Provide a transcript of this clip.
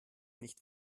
nicht